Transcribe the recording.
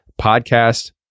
podcast